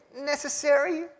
necessary